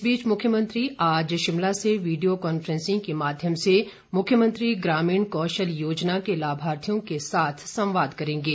इस बीच मुख्यमंत्री आज शिमला से वीडियो कांफ्रैंसिंग के माध्यम से मुख्यमंत्री ग्रामीण कौशल योजना के लाभार्थियों के साथ संवाद करेंगे